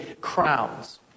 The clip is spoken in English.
crowns